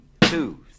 two